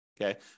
okay